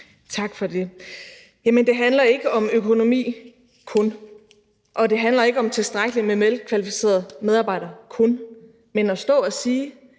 Tak for det. Jamen det handler ikke om økonomi, kun, og det handler ikke om tilstrækkeligt med velkvalificerede medarbejdere, kun. Men at man kan stå og sige,